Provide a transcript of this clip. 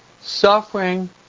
Suffering